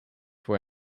were